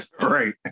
right